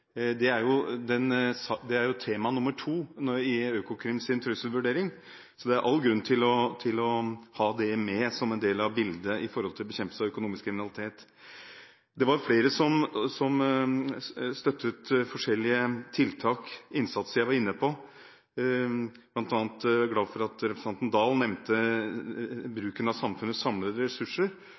Det er jo tema nummer to i Økokrims trusselvurdering, så det er all grunn til å ha det med som en del av bildet når det gjelder bekjempelse av økonomisk kriminalitet. Det var flere som støttet forskjellige tiltak og innsatser som jeg var inne på. Jeg er bl.a. glad for at representanten Oktay Dahl nevnte bruken av samfunnets samlede ressurser,